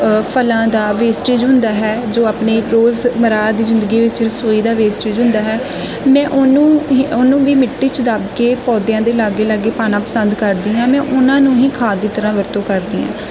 ਫ਼ਲਾਂ ਦਾ ਵੇਸਟੇਜ ਹੁੰਦਾ ਹੈ ਜੋ ਆਪਣੇ ਰੋਜ਼ਮੱਰਾ ਦੀ ਜ਼ਿੰਦਗੀ ਵਿੱਚ ਰਸੋਈ ਦਾ ਵੇਸਟੇਜ ਹੁੰਦਾ ਹੈ ਮੈਂ ਉਹਨੂੰ ਵੀ ਉਹਨੂੰ ਵੀ ਮਿੱਟੀ 'ਚ ਦੱਬ ਕੇ ਪੌਦਿਆਂ ਦੇ ਲਾਗੇ ਲਾਗੇ ਪਾਉਣਾ ਪਸੰਦ ਕਰਦੀ ਹਾਂ ਮੈਂ ਉਨ੍ਹਾਂ ਨੂੰ ਹੀ ਖਾਦ ਦੀ ਤਰ੍ਹਾਂ ਵਰਤੋਂ ਕਰਦੀ ਹਾਂ